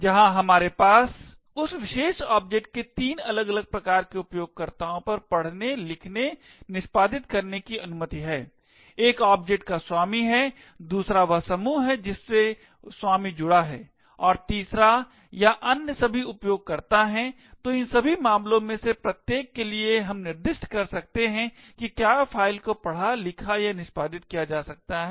जहां हमारे पास उस विशेष ऑब्जेक्ट के तीन अलग अलग प्रकार के उपयोगकर्ताओं पर पढ़ने लिखने निष्पादित करने की अनुमति है एक ऑब्जेक्ट का स्वामी है दूसरा वह समूह है जिससे स्वामी जुड़ा है और तीसरा या अन्य सभी उपयोगकर्ता हैं तो इन सभी मामलों में से प्रत्येक के लिए हम निर्दिष्ट कर सकते हैं कि क्या फ़ाइल को पढ़ा लिखा या निष्पादित किया जा सकता है